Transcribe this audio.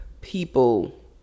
people